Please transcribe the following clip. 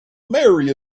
marry